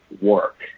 work